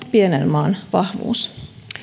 pienen maan vahvuus